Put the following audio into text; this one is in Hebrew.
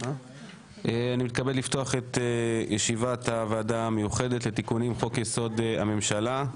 אני מתכבד לפתוח את ישיבת הוועדה המיוחדת לתיקונים לחוק-יסוד הממשלה,